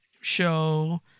show